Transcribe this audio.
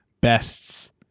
Best's